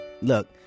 look